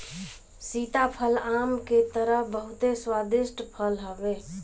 सीताफल आम के तरह बहुते स्वादिष्ट फल हवे